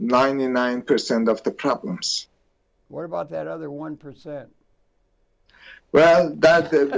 ninety nine percent of the problems what about that other one percent well that's